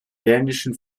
dänischen